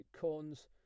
cons